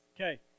Okay